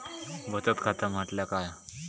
बचत खाता म्हटल्या काय?